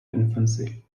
infancy